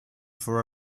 for